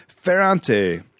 Ferrante